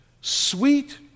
sweet